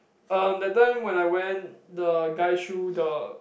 um that time when I went the guy shoe the